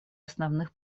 основных